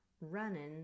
running